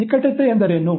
ನಿಕಟತೆ ಎಂದರೇನು